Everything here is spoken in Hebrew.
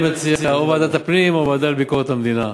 אני מציע או ועדת הפנים או הוועדה לביקורת המדינה.